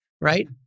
Right